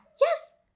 yes